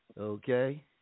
Okay